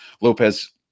Lopez